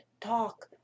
talk